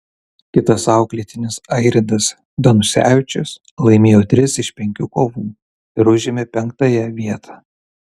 kitas auklėtinis airidas danusevičius laimėjo tris iš penkių kovų ir užėmė penktąją vietą